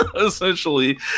essentially